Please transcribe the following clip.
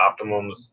Optimums